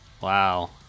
Wow